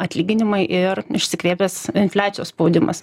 atlyginimai ir išsikvėpęs infliacijos spaudimas